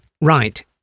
Right